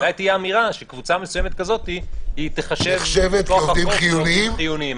אולי תהיה אמירה שקבוצה מסוימת כזאת תיחשב מכוח החוק כעובדים חיוניים.